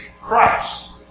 Christ